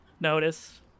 Notice